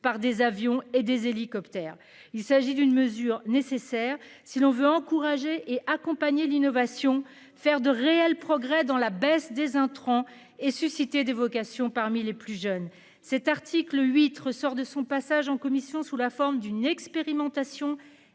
par des avions et des hélicoptères. Il s'agit d'une mesure nécessaire si l'on veut encourager et accompagner l'innovation faire de réels progrès dans la baisse des intrants et susciter des vocations parmi les plus jeunes. Cet article 8 ressort de son passage en commission sous la forme d'une expérimentation